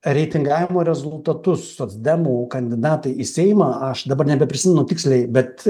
reitingavimo rezultatus socdemų kandidatai į seimą aš dabar nebeprisimenu tiksliai bet